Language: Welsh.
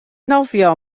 nofio